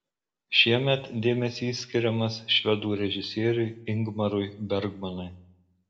šiemet dėmesys skiriamas švedų režisieriui ingmarui bergmanui